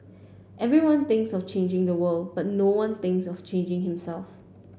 everyone thinks of changing the world but no one thinks of changing himself